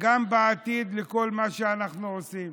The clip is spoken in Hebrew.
גם בעתיד לכל מה שאנחנו עושים.